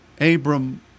Abram